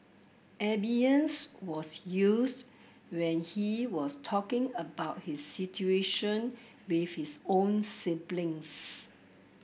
abeyance was used when he was talking about his situation with his own siblings